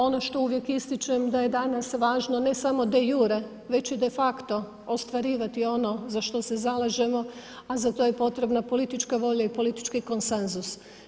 Ono što uvijek ističem da je danas važno, ne samo de jure, već i defakto ostvarivati ono za što se zalažemo, a za to je potrebna politička volja i politički konsenzus.